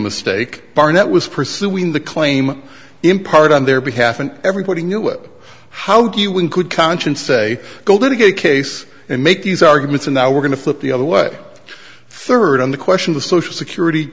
mistake barnett was pursuing the claim in part on their behalf and everybody knew it how do you in good conscience say go to get a case and make these arguments and now we're going to flip the other way third on the question the social security